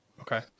okay